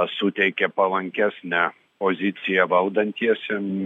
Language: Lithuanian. suteikia palankesnę poziciją valdantiesiem